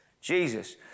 Jesus